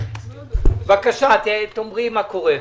בבקשה, תאמרי מה קורה.